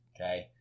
Okay